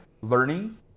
learning